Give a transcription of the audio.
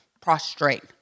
Prostrate